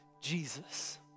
Jesus